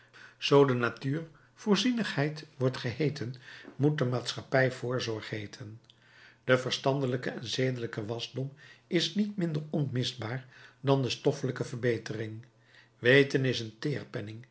zoo de natuur voorzienigheid wordt geheeten moet de maatschappij voorzorg heeten de verstandelijke en zedelijke wasdom is niet minder onmisbaar dan de stoffelijke verbetering weten is een